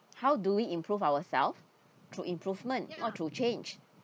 how do we improve ourselves through improvement not to change